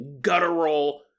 guttural